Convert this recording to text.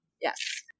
Yes